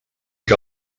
que